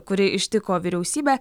kuri ištiko vyriausybę